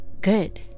Good